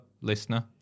listener